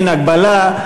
אין הגבלה,